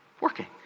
working